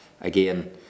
again